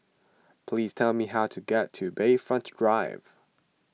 please tell me how to get to Bayfront Drive